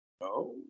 no